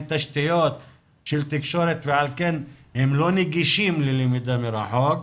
תשתיות תקשורת ועל כן הם לא נגישים ללמידה מרחוק.